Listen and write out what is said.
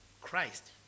Christ